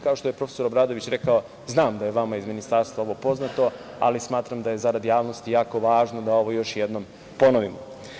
Kao što je profesor Obradović rekao, znam da je vama iz Ministarstva ovo poznato, ali smatram da je za rad javnosti jako važno da ovo još jednom ponovimo.